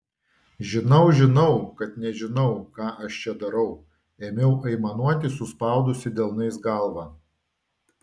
žinau žinau kad nežinau ką aš čia darau ėmiau aimanuoti suspaudusi delnais galvą